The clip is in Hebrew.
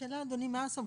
השאלה, אדוני, מה הסמכויות?